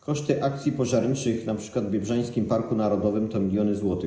Koszty akcji pożarniczych, np. w Biebrzańskim Parku Narodowym, to miliony złotych.